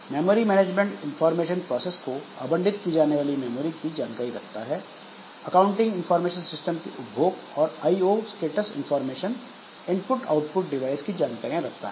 memory management information process को आवंटित की जाने वाली मेमोरी की जानकारी रखता है अकाउंटिंग इनफॉरमेशन सिस्टम के उपभोग और IO status information input output device की जानकारियां रखता है